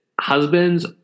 husbands